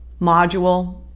module